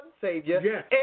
Savior